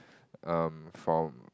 um from